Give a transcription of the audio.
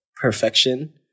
perfection